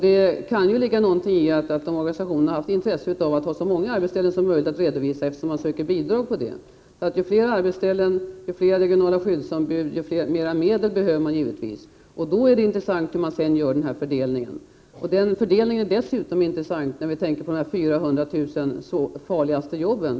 Det kan ligga något i att organisationerna har haft intresse av att ha så många arbetsställen som möjligt att redovisa, eftersom man söker bidrag med utgångspunkt i det. Ju fler arbetsställen, ju fler regionala skyddsombud och ju mera medel behöver man givetvis. Då är det intressant hur fördelningen senare görs. Fördelningen är dessutom intressant när vi tänker på de 400 000 farligaste jobben.